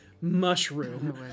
mushroom